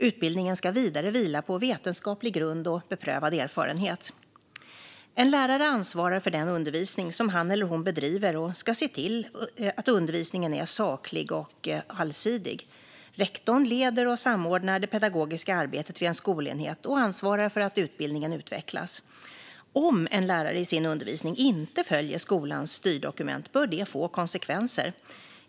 Utbildningen ska vidare vila på vetenskaplig grund och beprövad erfarenhet. En lärare ansvarar för den undervisning som han eller hon bedriver och ska se till att undervisningen är saklig och allsidig. Rektorn leder och samordnar det pedagogiska arbetet vid en skolenhet och ansvarar för att utbildningen utvecklas. Om en lärare i sin undervisning inte följer skolans styrdokument bör det få konsekvenser.